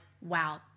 wow